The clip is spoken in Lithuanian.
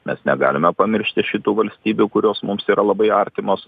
mes negalime pamiršti šitų valstybių kurios mums yra labai artimos